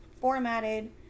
formatted